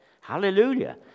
Hallelujah